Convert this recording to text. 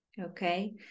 Okay